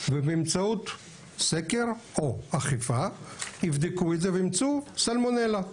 ובאמצעות סקר או אכיפה יבדקו את זה וימצאו סלמונלה,